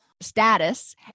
status